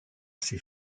ses